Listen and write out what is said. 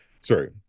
sorry